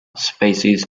species